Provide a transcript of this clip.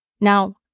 Now